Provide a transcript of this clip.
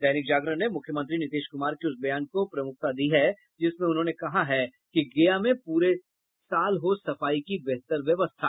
दैनिक जागरण ने मुख्यमंत्री नीतीश कुमार के उस बयान को प्रमुखता दी है जिसमें उन्होंने कहा है कि गया में पूरे साल हो सफाई की बेहतर व्यवस्था